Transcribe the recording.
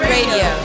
Radio